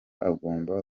agomba